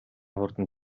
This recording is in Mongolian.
хурдан